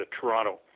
Toronto